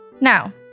Now